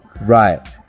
right